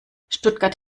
stuttgart